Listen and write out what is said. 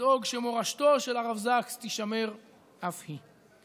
לדאוג שמורשתו של הרב זקס תישמר אף היא.